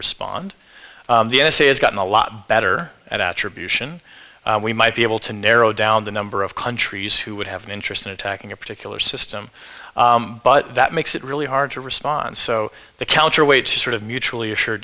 respond the n s a has gotten a lot better at attribution we might be able to narrow down the number of countries who would have an interest in attacking a particular system but that makes it really hard to respond so the counterweight to sort of mutually assured